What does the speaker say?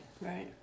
right